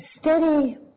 steady